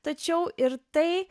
tačiau ir tai